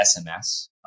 SMS